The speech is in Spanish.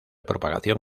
propagación